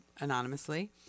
anonymously